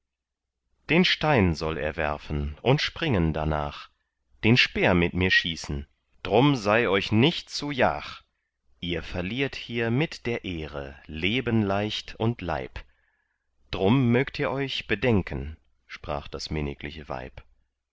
den stein soll er werfen und springen darnach den speer mit mir schießen drum sei euch nicht zu jach ihr verliert hier mit der ehre leben leicht und leib drum mögt ihr euch bedenken sprach das minnigliche weib